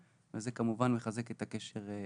וזה כמובן מחזק את הקשר.